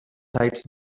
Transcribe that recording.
sites